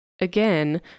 Again